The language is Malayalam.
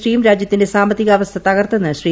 ടിയും രാജ്യത്തിന്റെ സാമ്പത്തികാവസ്ഥ തകർത്തെന്ന് ശ്രീ